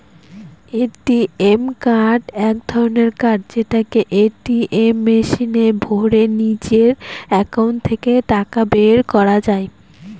ATM card এক ধরনের card যেটাকে এটিএম মেশিনে ভোরে নিজের একাউন্ট থেকে টাকা বের করা যায়